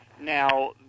Now